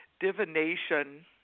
divination